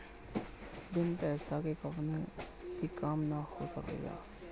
बिना पईसा के कवनो भी काम ना हो सकेला